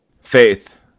Faith